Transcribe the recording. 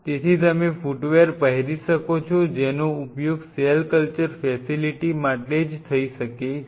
તેથી તમે ફૂટવેર પહેરી શકો છો જેનો ઉપયોગ સેલ કલ્ચર ફેસિલિટી માટે જ થઈ શકે છે